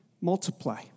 multiply